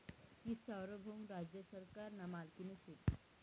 ती सार्वभौम राज्य सरकारना मालकीनी शे